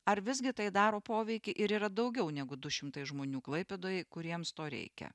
ar visgi tai daro poveikį ir yra daugiau negu du šimtai žmonių klaipėdoje kuriems to reikia